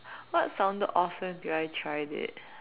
what sounded awesome until I tried it